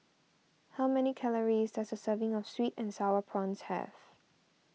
how many calories does a serving of Sweet and Sour Prawns have